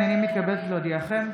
הינני מתכבדת להודיעכם,